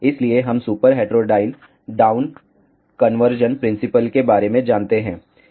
इसलिए हम superheterodyne down conversion principle के बारे में जानते हैं